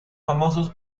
famosos